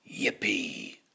Yippee